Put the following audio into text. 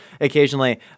occasionally